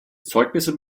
zeugnisse